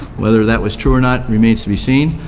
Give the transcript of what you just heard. whether that was true or not remains to be seen.